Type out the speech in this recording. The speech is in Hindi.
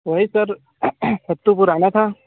वहीं सर सब तो पुराना था